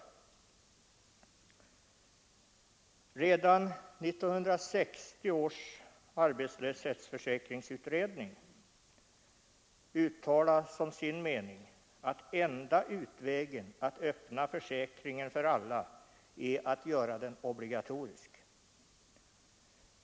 Redan 1960 års arbetslöshetsförsäkringsutredning uttalar som sin mening att enda utvägen att öppna försäkringen för alla är att göra den obligatorisk.